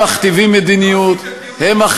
לא עשיתם דיון אמיתי פה.